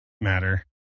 matter